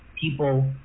people